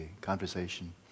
conversation